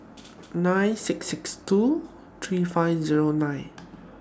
nine six six two three five Zero nine